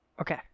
Okay